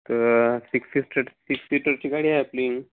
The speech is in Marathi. तर सिक्स सिस्टर सिक्स सीटरची गाडी आहे आपली